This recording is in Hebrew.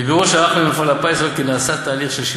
מבירור שערכנו עם מפעל הפיס עולה כי נעשה תהליך של,